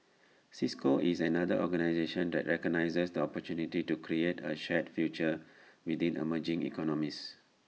cisco is another organisation that recognises the opportunity to create A shared future within emerging economies